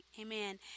Amen